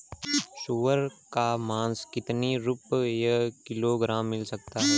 सुअर का मांस कितनी रुपय किलोग्राम मिल सकता है?